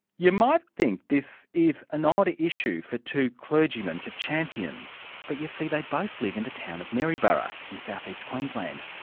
you might think this is an odd issue for two clergymen to champion but you see they both live in the town of maryborough, in south east queensland.